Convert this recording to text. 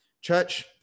Church